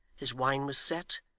his wine was set,